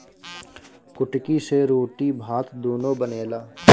कुटकी से रोटी भात दूनो बनेला